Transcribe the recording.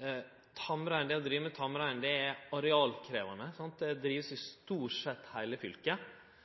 det å drive med tamrein, er arealkrevjande, ikkje sant – ein driv med det stort sett i heile fylket.